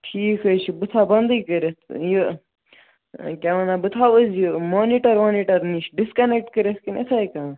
ٹھیٖک حظ چھُ بہٕ تھاو بنٛدٕے کٔرِتھ یہِ کیاہ وَنان بہٕ تھاو حظ یہِ مۄنیٹر وۄنیٹر نِش ڈِسکنیٚکٹہٕ کٔرِتھ کِنہٕ یِتھَے کٔنۍ